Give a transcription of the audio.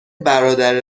برادر